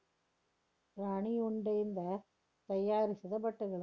ಪ್ರಾಣಿ ಉಣ್ಣಿಯಿಂದ ತಯಾರಿಸಿದ ಬಟ್ಟೆಗಳು